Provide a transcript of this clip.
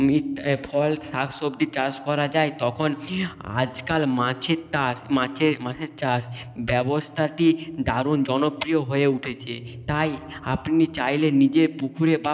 নিত ফল শাক সবদি চাষ করা যায় তখন আজকাল মাছের তাষ মাছে মাছের চাষ ব্যবস্থাটি দারুণ জনপ্রিয় হয়ে উঠেছে তাই আপনি চাইলে নিজের পুকুরে বা